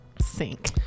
sink